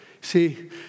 See